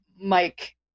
Mike